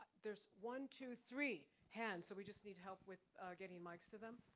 there's one, two, three hands, so, we just need help with getting mics to them.